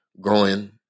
growing